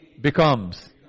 Becomes